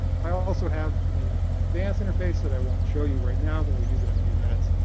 i also have an ah advanced interface that i won't show you right now, but we'll use it in a few minutes,